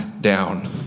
down